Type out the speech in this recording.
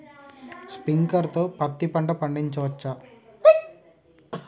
Sprinkler తో పత్తి పంట పండించవచ్చా?